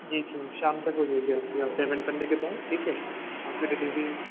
جی جی شام تک ہو جائے گی آپ کی آپ پیمینٹ کرنے کے بعد ٹھیک ہے آپ کی ڈیلیوری